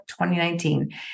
2019